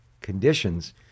conditions